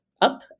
up